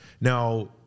Now